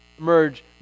Merge